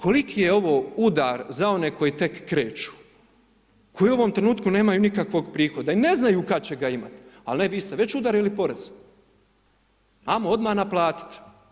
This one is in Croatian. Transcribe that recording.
Koliki je ovo udar za one koji tek kreću, koji u ovom trenutku nemaju nikakvog prihoda i ne znaju kad će ga imat, ali ne vi ste već udarili porez, ajmo odmah naplatit.